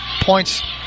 points